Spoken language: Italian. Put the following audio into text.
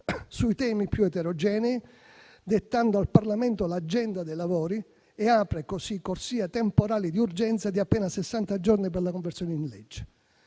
sui temi più eterogenei, dettando al Parlamento l'agenda dei lavori, e apre così corsie temporali di urgenza di appena sessanta giorni per la conversione in legge;